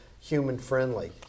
human-friendly